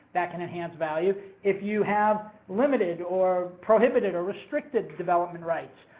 that can enhance value. if you have limited or prohibited or restricted development rights,